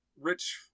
rich